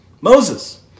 Moses